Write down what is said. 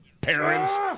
parents